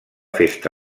festa